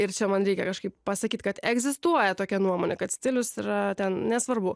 ir čia man reikia kažkaip pasakyt kad egzistuoja tokia nuomonė kad stilius yra ten nesvarbu